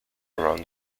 around